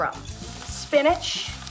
spinach